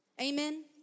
Amen